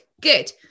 good